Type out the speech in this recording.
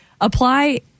apply